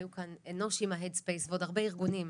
היו כאן אנוש עם ה-headspace ועוד הרבה ארגונים,